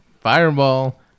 Fireball